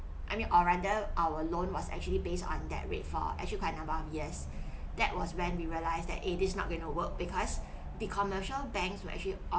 I mean or rather our loan was actually based on that rate for actually quite a number of years that was when we realized that it is not going to work because the commercial banks will actually